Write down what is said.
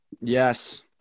Yes